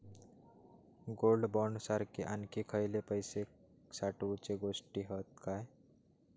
Gold bond सारखे आणखी खयले पैशे साठवूचे गोष्टी हत काय?